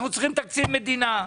אנחנו צריכים תקציב מדינה,